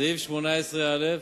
סעיף 18א,